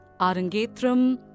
Arangetram